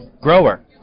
grower